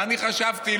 ואני חשבתי,